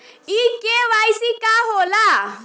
इ के.वाइ.सी का हो ला?